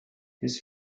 his